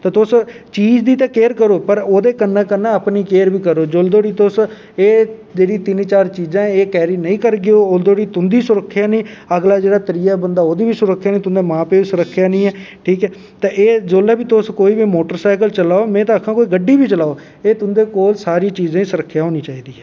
ते तुस चीज दी ते केयर करो एह्दे कन्नै कन्नै अपनी केयर बी करो जदूं तोड़ी तुस एह् तिन्न चार चीजां एह् कैरी नेईं करगेओ उन्ने तोड़ी तुंदी सुरक्खेआ नी जेह्ड़ा अगला बंदा ओह्दी बी सुरक्खेआ नी तुंदे मां प्यो दी बी सुरक्खेआ नी ते ओएह् जिसलै बी तुस कोई बी मोटर सैकल चलाओ में ते आक्खां कोई गड्डी बी चलाओ ते तुंदे कोल सारी चीजें दी सुरक्खेआ होनी चाही दी ऐ